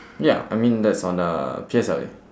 ya I mean that's on uh P_S_L_E